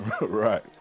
Right